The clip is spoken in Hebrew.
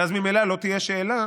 ואז ממילא לא תהיה השאלה